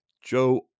joe